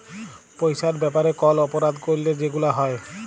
পইসার ব্যাপারে কল অপরাধ ক্যইরলে যেগুলা হ্যয়